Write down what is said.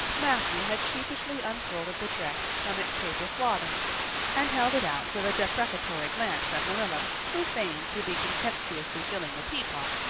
matthew had sheepishly unfolded the dress from its paper swathings and held it out with a deprecatory glance at marilla, who feigned to be contemptuously filling the teapot,